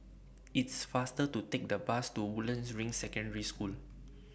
It's faster to Take The Bus to Woodlands Ring Secondary School